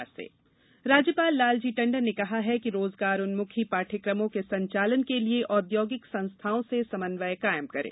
राजभवन बैठक राज्यपाल लालजी टंडन ने कहा है कि रोजगारन्मुखी पाढ़यक़मों के संचालन के लिए औद्योगिक संस्थाओं से समन्व्य कायम करें